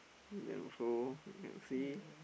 then also then you see